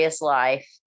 life